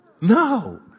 no